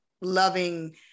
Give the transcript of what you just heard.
loving